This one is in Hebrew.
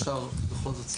אם אפשר בכל זאת.